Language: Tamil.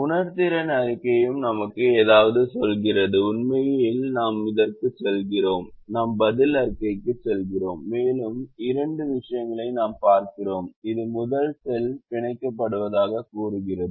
உணர்திறன் அறிக்கையும் நமக்கு ஏதாவது சொல்கிறது உண்மையில் நாம் இதற்குச் செல்கிறோம் நாம் பதில் அறிக்கைக்குச் செல்கிறோம் மேலும் இரண்டு விஷயங்களையும் நாம் பார்க்கிறோம் இது முதல் செல் பிணைக்கப்படுவதாகவும் கூறுகிறது